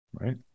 right